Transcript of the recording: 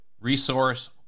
resource